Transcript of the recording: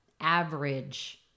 average